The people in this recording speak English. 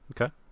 Okay